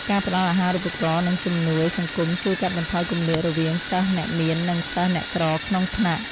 ការផ្តល់អាហារូបករណ៍និងជំនួយសង្គមជួយកាត់បន្ថយគម្លាតរវាងសិស្សអ្នកមាននិងសិស្សអ្នកក្រក្នុងថ្នាក់។